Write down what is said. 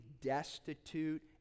destitute